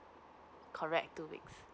correct two weeks